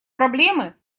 проблемы